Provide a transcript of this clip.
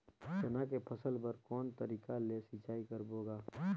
चना के फसल बर कोन तरीका ले सिंचाई करबो गा?